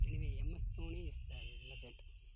எனவே MS Dhoni is the legend